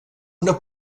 una